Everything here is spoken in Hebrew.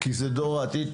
כי זה דור העתיד,